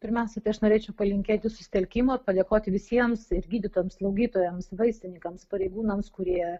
pirmiausiai tai aš norėčiau palinkėti susitelkimo ir padėkoti visiems ir gydytojams slaugytojams vaistininkams pareigūnams kurie